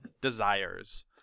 desires